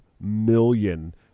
million